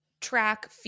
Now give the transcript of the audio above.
track